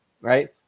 right